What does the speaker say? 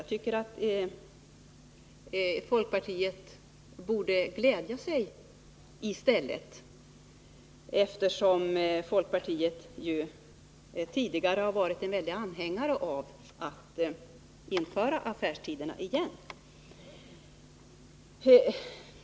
Jag tycker att folkpartiet borde glädja sig i stället, eftersom folkpartiet tidigare har varit en stark anhängare av återinförandet av reglerade affärstider.